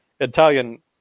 Italian